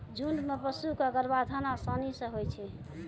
झुंड म पशु क गर्भाधान आसानी सें होय छै